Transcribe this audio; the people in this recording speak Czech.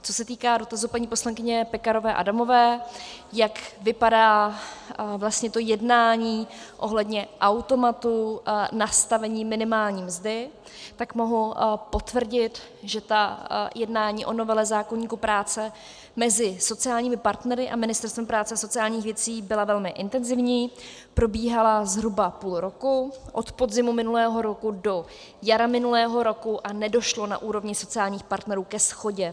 Co se týká dotazu paní poslankyně Pekarové Adamové, jak vypadá vlastně to jednání ohledně automatu nastavení minimální mzdy, tak mohu potvrdit, že ta jednání o novele zákoníku práce mezi sociálními partnery a Ministerstvem práce a sociálních věcí byla velmi intenzivní, probíhala zhruba půl roku, od podzimu minulého roku do jara minulého roku, a nedošlo na úrovni sociálních partnerů ke shodě.